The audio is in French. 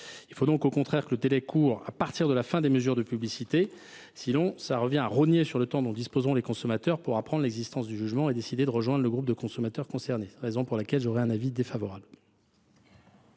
Il faut donc, au contraire, que le délai coure à partir de la fin des mesures de publicité. À défaut, cela reviendrait à rogner sur le temps dont disposeront les consommateurs pour apprendre l’existence du jugement et décider de rejoindre le groupe de consommateurs concernés : avis défavorable.